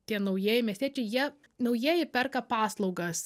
tie naujieji miestiečiai jie naujieji perka paslaugas